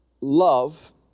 love